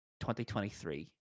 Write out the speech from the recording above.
2023